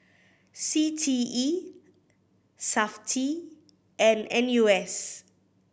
C T E Safti and N U S